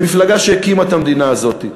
שהיא מפלגה שהקימה את המדינה הזאת,